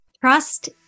Trust